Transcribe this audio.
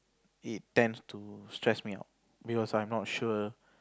it tends to stress me out because I'm not sure